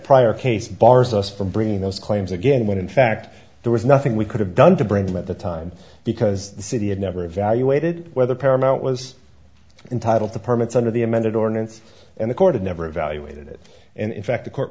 prior case bars us from bringing those claims again when in fact there was nothing we could have done to bring them at the time because the city had never evaluated whether paramount was entitled to permits under the amended ordinance and the court of never evaluated it and in fact the court